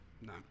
No